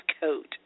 coat